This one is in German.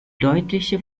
deutliche